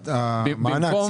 המענק,